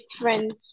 friends